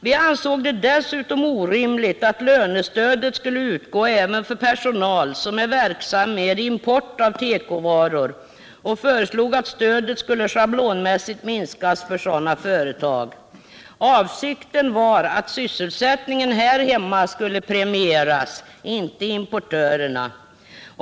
Vi ansåg det dessutom orimligt att lönestödet skulle utgå även för personal som är verksam med import av tekovaror och föreslog att stödet skulle schablonmässigt minskas för sådana företag. Avsikten var att sysselsättningen här hemma skulle premieras, inte importörerna.